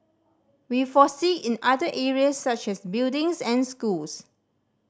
we foresee in other areas such as buildings and schools